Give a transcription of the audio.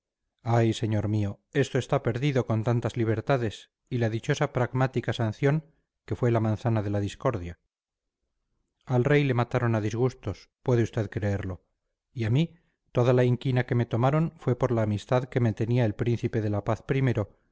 ay señor mío esto está perdido con tantas libertades y la dichosa pragmática sanción que fue la manzana de la discordia al rey le mataron a disgustos puede usted creerlo y a mí toda la inquina que me tomaron fue por la amistad que me tenía el príncipe de la paz primero